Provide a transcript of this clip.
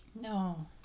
No